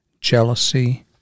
jealousy